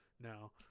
now